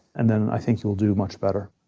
and then, i think you'll do much better.